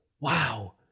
wow